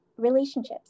relationships